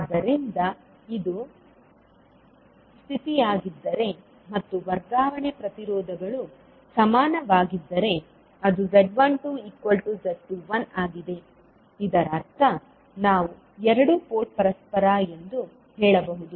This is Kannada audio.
ಆದ್ದರಿಂದ ಇದು ಸ್ಥಿತಿಯಾಗಿದ್ದರೆ ಮತ್ತು ವರ್ಗಾವಣೆ ಪ್ರತಿರೋಧಗಳು ಸಮಾನವಾಗಿದ್ದರೆ ಅದು z12z21 ಆಗಿದೆ ಇದರರ್ಥ ನಾವು ಎರಡು ಪೋರ್ಟ್ ಪರಸ್ಪರ ಎಂದು ಹೇಳಬಹುದು